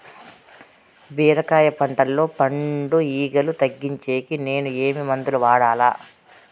బీరకాయ పంటల్లో పండు ఈగలు తగ్గించేకి నేను ఏమి మందులు వాడాలా?